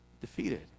Defeated